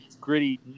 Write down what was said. gritty